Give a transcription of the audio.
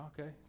okay